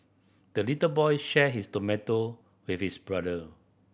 the little boy shared his tomato with his brother